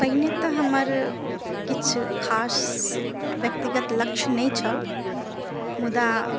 पहिने तऽ हमर किछु खास व्यक्तिगत लक्ष्य नहि छल मुदा